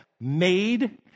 made